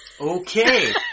Okay